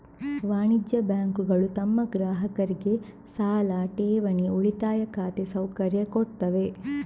ವಾಣಿಜ್ಯ ಬ್ಯಾಂಕುಗಳು ತಮ್ಮ ಗ್ರಾಹಕರಿಗೆ ಸಾಲ, ಠೇವಣಿ, ಉಳಿತಾಯ ಖಾತೆ ಸೌಕರ್ಯ ಕೊಡ್ತವೆ